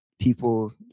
people